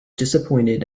disappointed